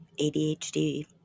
ADHD